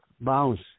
bounce